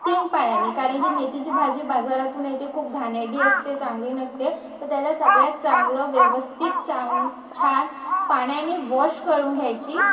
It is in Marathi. तीन पाण्याने कारण की मेथीची भाजी बाजारातून येते खूप घाणेरडी असते चांगली नसते तर त्याला सगळ्यात चांगलं व्यवस्थित चांग छान पाण्याने वॉश करून घ्यायची